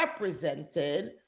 represented